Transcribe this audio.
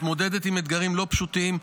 מתמודדת עם אתגרים לא פשוטים,